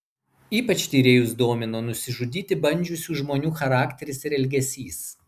ypač tyrėjus domino nusižudyti bandžiusių žmonių charakteris ir elgesys